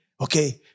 Okay